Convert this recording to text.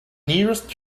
nearest